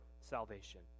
salvation